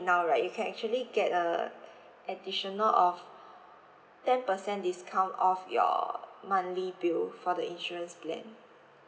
now right you can actually get a additional of ten percent discount off your monthly bill for the insurance plan